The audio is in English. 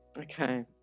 Okay